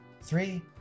three